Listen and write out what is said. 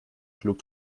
schlug